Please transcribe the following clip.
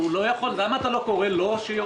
למה אתה לא קורא לו?